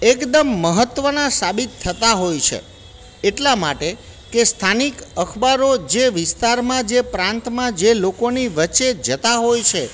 એકદમ મહત્ત્વના સાબિત થતા હોય સે એટલા માટે કે સ્થાનિક અખબારો જે વિસ્તારમાં જે પ્રાંતમાં જે લોકોની વચ્ચે જતાં હોય છે